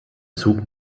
zug